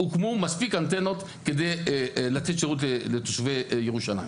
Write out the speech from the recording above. הוקמו מספיק אנטנות כדי לתת שירות לתושבי ירושלים.